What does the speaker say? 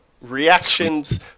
reactions